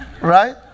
Right